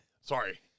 Sorry